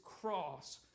cross